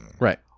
right